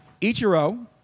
Ichiro